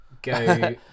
Go